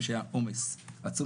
זה אחד מבתי החולים שהיה עומס עצום,